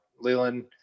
Leland